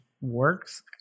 works